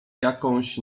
jakąś